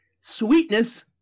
Sweetness